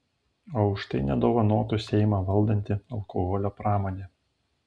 o už tai nedovanotų seimą valdanti alkoholio pramonė